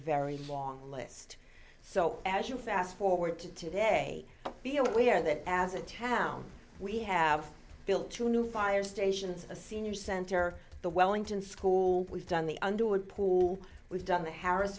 very long list so as you fast forward to today be aware that as a town we have built two new fire stations a senior center the wellington school we've done the underwood pool we've done the harris